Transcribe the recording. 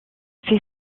fait